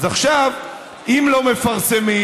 אז עכשיו אם לא מפרסמים,